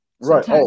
Right